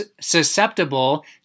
susceptible